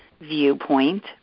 viewpoint